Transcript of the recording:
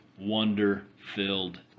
wonder-filled